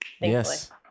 Yes